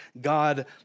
God